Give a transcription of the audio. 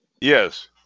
Yes